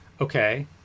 Okay